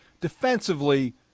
defensively